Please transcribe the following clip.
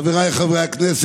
ההסתייגות (822)